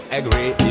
agree